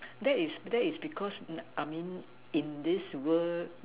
that is that is because I mean in this world